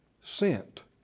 sent